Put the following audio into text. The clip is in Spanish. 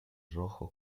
rojo